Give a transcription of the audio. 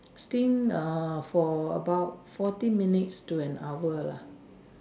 steam err for about fourteen minutes to an hour lah